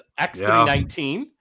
X319